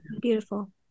beautiful